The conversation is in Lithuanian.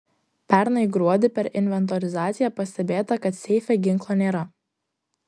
pernai gruodį per inventorizaciją pastebėta kad seife ginklo nėra